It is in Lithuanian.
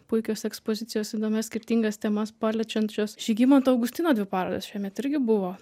puikios ekspozicijos įdomias skirtingas temas paliečiančios žygimanto augustino dvi parodos šiemet irgi buvo